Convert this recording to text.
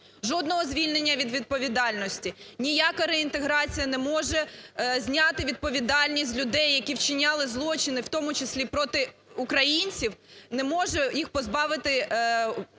жодного звільнення від відповідальності, ніяка реінтеграція не може зняти відповідальність з людей, які вчиняли злочини, в тому числі проти українців, не може їх позбавити